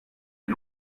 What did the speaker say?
des